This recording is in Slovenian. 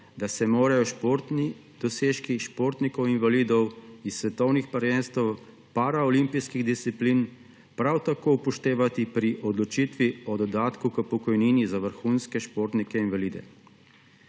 da se morajo športni dosežki športnikov invalidov s svetovnih prvenstev paraolimpijskih disciplin prav tako upoštevati pri odločitvi o dodatku k pokojnini za vrhunske športnike invalide.